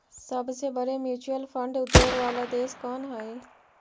सबसे बड़े mutual fund उद्योग वाला देश कौन हई